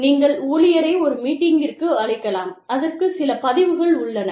நீங்கள் ஊழியரை ஒரு மீட்டிங்கிற்கு அழைக்கலாம் அதற்கு சில பதிவுகள் உள்ளன